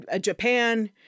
Japan